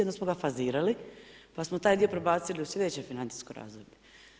Onda smo ga fazirali, pa smo taj dio prebacili u slijedeće financijsko razdoblje.